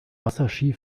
wasserski